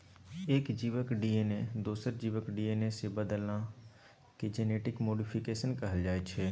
एक जीबक डी.एन.ए दोसर जीबक डी.एन.ए सँ बदलला केँ जेनेटिक मोडीफिकेशन कहल जाइ छै